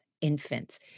infants